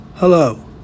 Hello